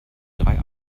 drei